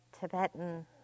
Tibetan